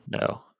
No